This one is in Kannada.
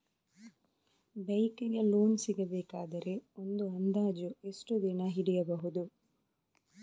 ಬೈಕ್ ಗೆ ಲೋನ್ ಸಿಗಬೇಕಾದರೆ ಒಂದು ಅಂದಾಜು ಎಷ್ಟು ದಿನ ಹಿಡಿಯಬಹುದು?